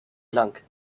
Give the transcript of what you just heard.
blank